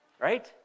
right